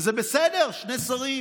וזה בסדר, שני שרים